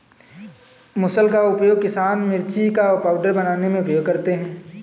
मुसल का उपयोग किसान मिर्ची का पाउडर बनाने में उपयोग करते थे